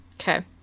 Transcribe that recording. Okay